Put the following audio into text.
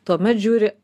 tuomet žiūri